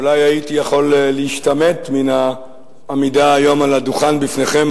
אולי הייתי יכול להשתמט מהעמידה על הדוכן בפניכם,